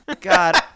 god